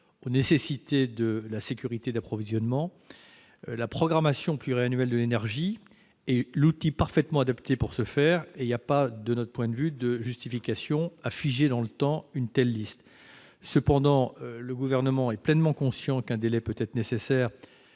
aux nécessités de la sécurité d'approvisionnement. La programmation pluriannuelle de l'énergie est un outil parfaitement adapté pour ce faire et il n'y a pas, de notre point de vue, de justification à figer dans le temps une telle liste. Toutefois, le Gouvernement est pleinement conscient qu'un délai peut être nécessaire